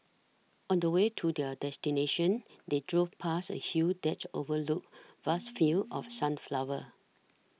on the way to their destination they drove past a hill that overlooked vast fields of sunflowers